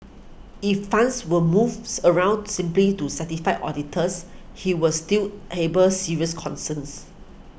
if funds were moves around simply to satisfy auditors he was still he burn serious concerns